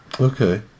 Okay